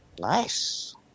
Nice